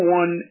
one